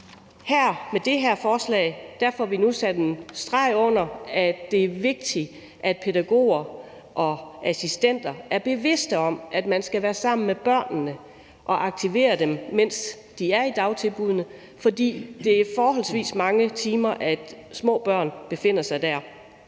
at med det her forslag får vi nu sat en streg under, at det er vigtigt, at pædagoger og assistenter er bevidste om, at man skal være sammen med børnene og aktivere dem, mens de er i dagtilbuddene, fordi det er forholdsvis mange timer, små børn befinder sig der.